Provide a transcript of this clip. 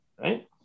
right